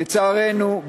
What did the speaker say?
לצערנו,